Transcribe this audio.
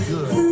Good